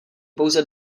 pouze